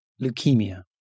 leukemia